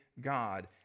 God